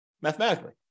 mathematically